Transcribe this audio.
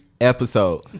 episode